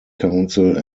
council